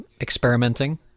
experimenting